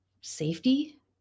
safety